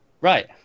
Right